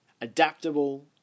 adaptable